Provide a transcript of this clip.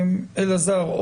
אלעזר,